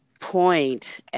point